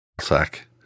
sack